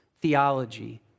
theology